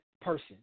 person